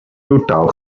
totaal